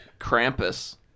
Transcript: Krampus